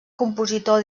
compositor